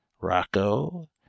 Rocco